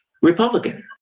Republican